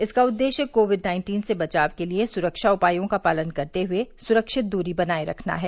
इसका उद्देश्य COVID nineteen से बचाव के लिए सुरक्षा उपायों का पालन करते हुए सुरक्षित दूरी बनाए रखना है